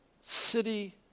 city